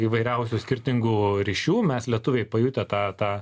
įvairiausių skirtingų ryšių mes lietuviai pajutę tą tą